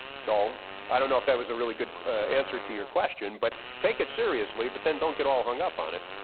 so i don't know if that was a really good answer to your question but take it seriously, but then don't get all hung up on it.